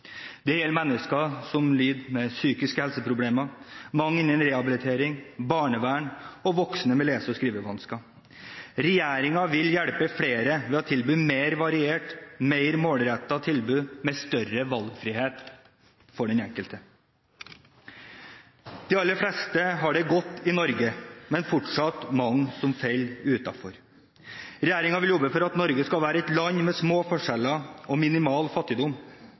Det er mennesker med psykiske helseproblemer, mange innen rehabilitering og barnevern og voksne med lese- og skrivevansker. Regjeringen vil hjelpe flere ved å tilby mer varierte og mer målrettede tilbud med større valgfrihet for den enkelte. De aller fleste har det godt i Norge, men fortsatt er det mange som faller utenfor. Regjeringen vil jobbe for at Norge skal være et land med små forskjeller og minimal fattigdom.